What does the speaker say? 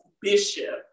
Bishop